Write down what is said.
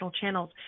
channels